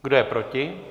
Kdo je proti?